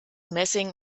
messing